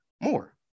more